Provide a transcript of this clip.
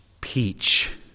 peach